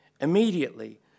immediately